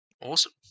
Awesome